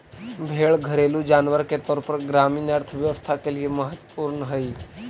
भेंड़ घरेलू जानवर के तौर पर ग्रामीण अर्थव्यवस्था के लिए महत्त्वपूर्ण हई